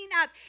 up